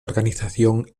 organización